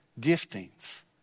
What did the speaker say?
giftings